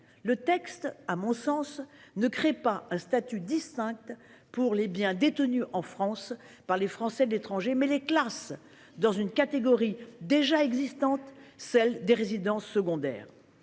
Le texte ne crée pas, à mon sens, un statut distinct pour les biens détenus en France par les Français de l'étranger, il les classe dans une catégorie déjà existante, celle des résidences secondaires.